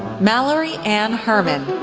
mallory ann herrmann,